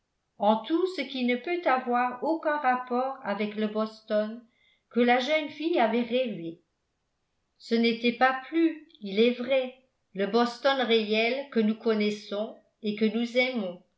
en tout ce qui ne peut avoir aucun rapport avec le boston que la jeune fille avait rêvé ce n'était pas plus il est vrai le boston réel que nous connaissons et que nous aimons